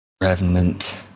Revenant